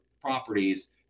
properties